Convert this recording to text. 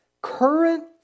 current